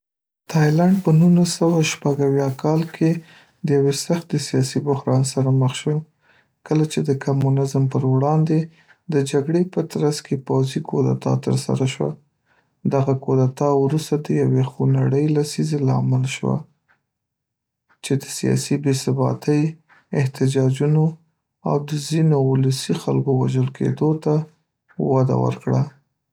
تایلند په نولس سوه شپږ اویا کال کې د یوې سختې سیاسي بحران سره مخ شو، کله چې د کمونیزم پر وړاندې د جګړې په ترڅ کې پوځي کودتا ترسره شوه. دغه کودتا وروسته د یوې خونړۍ لسیزې لامل شوه، چې د سیاسي بې‌ثباتۍ، احتجاجونو او د ځینو ولسي خلکو وژل کیدو ته وده ورکړه.